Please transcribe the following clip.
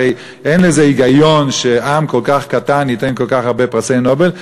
הרי אין היגיון שעם כל כך קטן ייתן כל כך הרבה מקבלי פרסי נובל.